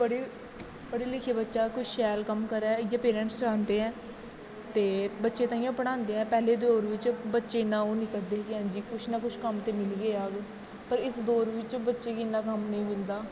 पढ़ी पढ़ी लिखी बच्चा कुछ शैल कम्म करा इ'यै पेरैंटस चांह्दे ऐ ते बच्चे ताइयें पढ़ांदे ऐ पैह्ले दौर बिच्च बच्चे इन्ना ओह् निं करदे हे कि हां जी कुछ ना कुछ कम्म ते मिली गै जाह्ग पर इस दौर बिच्च बच्चे गी इन्ना कम्म नेईं मिलदा